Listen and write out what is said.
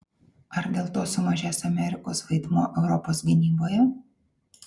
ar dėl to sumažės amerikos vaidmuo europos gynyboje